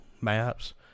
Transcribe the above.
maps